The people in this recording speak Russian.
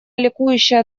ликующая